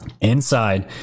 inside